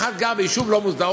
אחד גר ביישוב לא מוסדר,